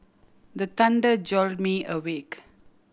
the thunder jolt me awake